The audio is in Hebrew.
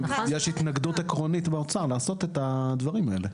יש התנגדות עקרונית באוצר לעשות את הדברים האלה.